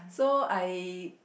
so I